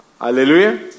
Hallelujah